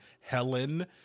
Helen